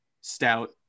stout